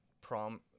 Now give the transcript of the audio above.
prom